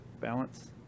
Balance